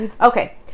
Okay